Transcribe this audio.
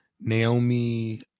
Naomi